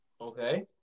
Okay